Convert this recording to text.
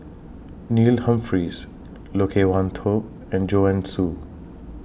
Neil Humphreys Loke Wan Tho and Joanne Soo